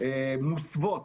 מוסוות